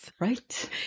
Right